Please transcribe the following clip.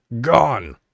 gone